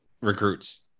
recruits